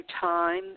time